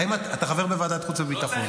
אתה חבר בוועדת חוץ וביטחון.